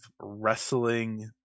wrestling